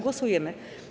Głosujemy.